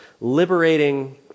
liberating